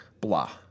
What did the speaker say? blah